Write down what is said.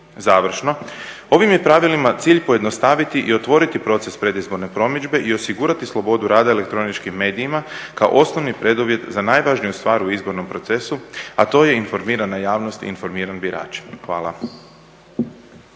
Završno, ovim je pravilima cilj pojednostaviti i otvoriti proces predizborne promidžbe i osigurati slobodu rada elektroničkim medijima kao osnovni preduvjet za najvažniju stvar u izbornom procesu, a to je informirana javnost i informiran birač. Hvala.